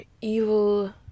evil